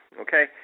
okay